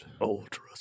Ultra